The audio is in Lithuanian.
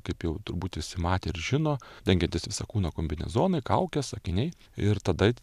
kaip jau turbūt visi matė ir žino dengiantys visą kūną kombinezonai kaukės akiniai ir tada